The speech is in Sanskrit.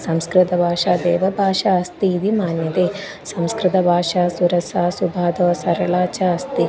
संस्कृतभाषा देवभाषा अस्ति इति मन्यते संस्कृतभाषा सुरसा सुभाषा सरला च अस्ति